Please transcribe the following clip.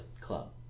club